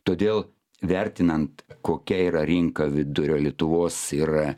todėl vertinant kokia yra rinka vidurio lietuvos ir